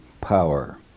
power